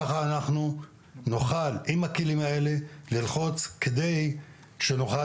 ככה אנחנו נוכל עם הכלים האלה ללחוץ כדי שנוכל